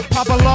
Papa